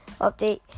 update